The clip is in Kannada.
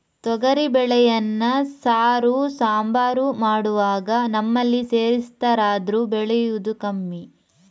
ತೊಗರಿ ಬೇಳೆಯನ್ನ ಸಾರು, ಸಾಂಬಾರು ಮಾಡುವಾಗ ನಮ್ಮಲ್ಲಿ ಸೇರಿಸ್ತಾರಾದ್ರೂ ಬೆಳೆಯುದು ಕಮ್ಮಿ